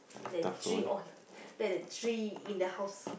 let the three on let the three in the house